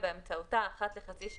תחת הערכה שאנחנו נהיה מתחת ל-50%,